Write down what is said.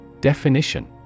Definition